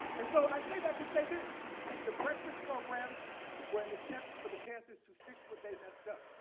and so i say that to say this the breakfast programs were an attempt for the panthers to fix what they messed up,